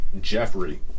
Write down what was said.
Jeffrey